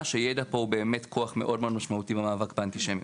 שידע פה הוא באמת כוח מאוד מאוד משמעותית במאבק באנטישמיות.